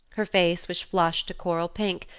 her face was flushed to coral pink,